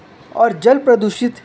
और जल प्रदूषित